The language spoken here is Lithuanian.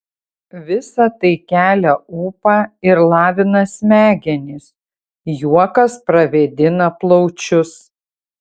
visa tai kelia ūpą ir lavina smegenis juokas pravėdina plaučius